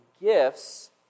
gifts